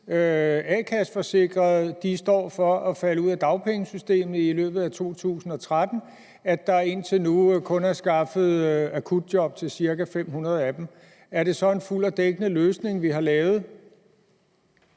a-kasseforsikrede står til at falde ud af dagpengesystemet i løbet af 2013, og at der indtil nu kun er skaffet akutjob til 500 af dem, er det så en fuld og dækkende løsning, vi har lavet?